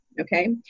okay